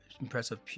impressive